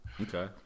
Okay